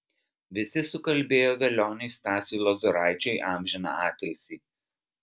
visi sukalbėjo velioniui stasiui lozoraičiui amžiną atilsį